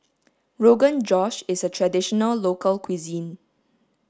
rogan josh is a traditional local cuisine